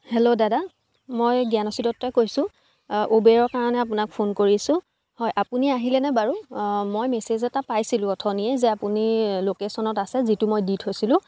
hello দাদা মই জ্ঞানশ্ৰী দত্তই কৈছোঁ উবেৰৰ কাৰণে আপোনাক ফোন কৰিছোঁ হয় আপুনি আহিলেনে বাৰু মই মেচেজ এটা পাইছিলোঁ অথনিয়ে যে আপুনি লোকেচনত আছে যিটো মই দি থৈছিলোঁ